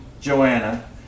Joanna